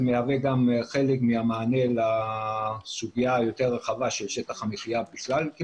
זה מהווה גם חלק מהמענה לסוגיה היותר רחבה של שטח המחיה בכלל.